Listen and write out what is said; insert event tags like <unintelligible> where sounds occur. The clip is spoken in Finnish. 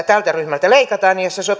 <unintelligible> tältä ryhmältä leikataan ja jos se